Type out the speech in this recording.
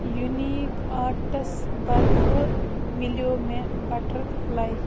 unique arts بدلہٕ مِلیو مےٚ بَٹرفٕلَے